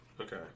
Okay